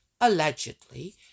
allegedly